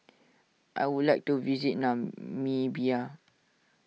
I would like to visit Namibia